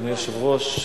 אדוני היושב-ראש,